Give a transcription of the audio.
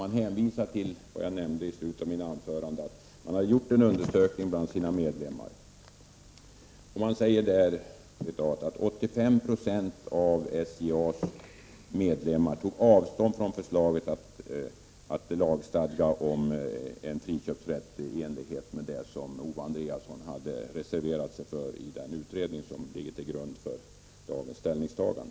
Man hänvisar, som jag nämnde i slutet av mitt huvudanförande, till en undersökning man har gjort bland förbundets medlemmar och enligt vilken 85 Jo av SJA:s medlemmar tog avstånd från förslaget att lagstadga om friköpsrätt i enlighet med det som Owe Andréasson reserverade sig för i den utredning som ligger till grund för dagens ställningstagande.